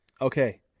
Okay